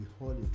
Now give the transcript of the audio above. holy